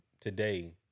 today